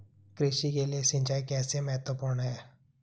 कृषि के लिए सिंचाई कैसे महत्वपूर्ण है?